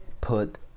put